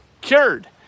cured